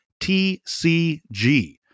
TCG